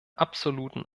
absoluten